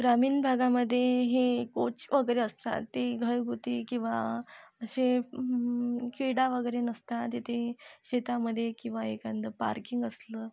ग्रामीन भागामध्ये हे कोच वगैरे असतात ते घरगुती किंवा असे क्रीडा वगैरे नसतात येते शेतामध्ये किंवा एखादं पार्किंग असलं